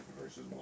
versus